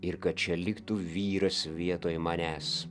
ir kad čia liktų vyras vietoj manęs